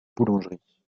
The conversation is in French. boulangerie